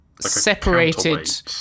separated